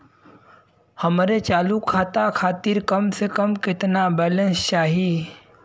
हमरे चालू खाता खातिर कम से कम केतना बैलैंस चाही?